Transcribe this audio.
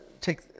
take